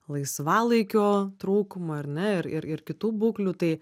laisvalaikio trūkumo ar ne ir ir kitų būklių tai